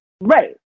Right